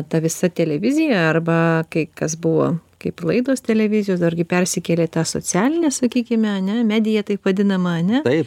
ta visa televizija arba kai kas buvo kaip laidos televizijos dargi persikėlė į tą socialinę sakykime ane mediją taip vadinama ane